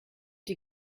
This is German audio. die